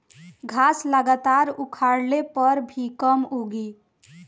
घास लगातार उखड़ले पर भी कम उगी